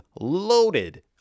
loaded